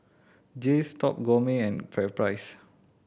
Jays Top Gourmet and FairPrice